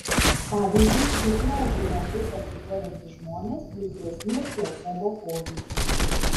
pavyzdžiui hipnozei lengvai pasiduodantys žmonės jautresni ir placebo poveikiui